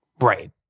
Right